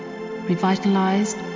revitalized